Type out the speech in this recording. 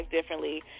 differently